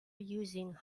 using